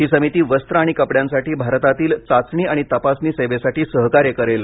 ही समिती वस्त्र आणि कपड्यांसाठी भारतातील चाचणी आणि तपासणी सेवेसाठी सहकार्य करेल